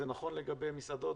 זה נכון לגבי מסעדות,